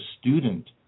student